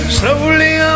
slowly